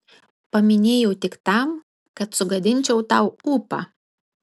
paminėjau tik tam kad sugadinčiau tau ūpą